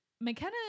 mckenna